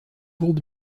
groupes